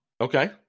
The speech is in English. Okay